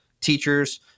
teachers